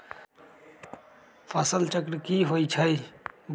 फसल चक्र की होइ छई?